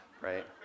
right